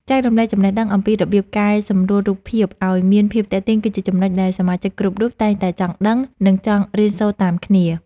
ចែករំលែកចំណេះដឹងអំពីរបៀបកែសម្រួលរូបភាពឱ្យមានភាពទាក់ទាញគឺជាចំណុចដែលសមាជិកគ្រប់រូបតែងតែចង់ដឹង និង ចង់រៀនសូត្រតាមគ្នា។